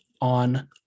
on